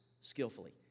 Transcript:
skillfully